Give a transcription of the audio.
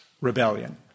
rebellion